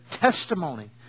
testimony